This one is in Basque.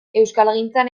euskalgintzan